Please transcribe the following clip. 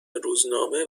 روزنامه